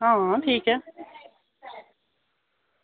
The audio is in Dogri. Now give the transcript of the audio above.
आं ठीक ऐ